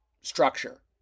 structure